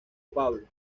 paulo